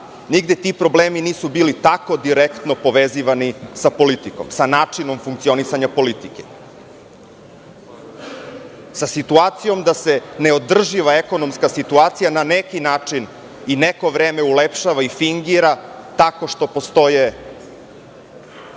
nigde ti problemi nisu bili tako direktno povezivani sa politikom sa načinom funkcionisanja politike, sa situacijom da se neodrživa ekonomska situacija na neki način i neko vreme ulepšava i fingira tako što postoje